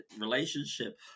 relationship